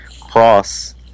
cross